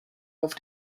auf